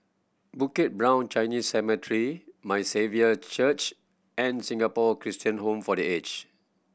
Bukit Brown Chinese Cemetery My Saviour Church and Singapore Christian Home for The Aged